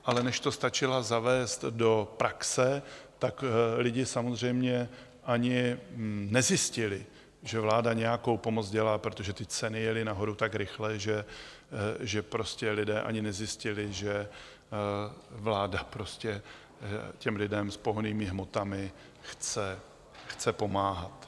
Ale než to stačila zavést do praxe, tak lidé samozřejmě ani nezjistili, že vláda nějakou pomoc dělá, protože ty ceny jely nahoru tak rychle, že prostě lidé ani nezjistili, že vláda těm lidem s pohonnými hmotami chce pomáhat.